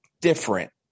different